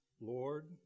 Lord